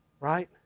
Right